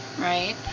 right